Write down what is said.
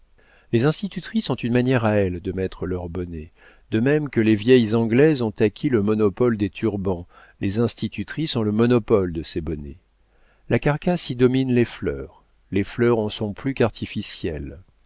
les institutrices ont une manière à elles de mettre leurs bonnets de même que les vieilles anglaises ont acquis le monopole des turbans les institutrices ont le monopole de ces bonnets la carcasse y domine les fleurs les fleurs en sont plus